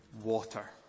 water